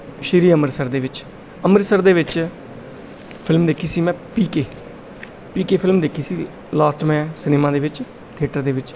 ਸ਼੍ਰੀ ਅੰਮ੍ਰਿਤਸਰ ਦੇ ਵਿੱਚ ਅੰਮ੍ਰਿਤਸਰ ਦੇ ਵਿੱਚ ਫ਼ਿਲਮ ਦੇਖੀ ਸੀ ਮੈਂ P K P K film ਦੇਖੀ ਸੀਗੀ ਲਾਸਟ ਮੈਂ ਸਿਨੇਮਾ ਦੇ ਵਿੱਚ ਥਿਏਟਰ ਦੇ ਵਿੱਚ